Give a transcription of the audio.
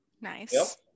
Nice